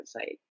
website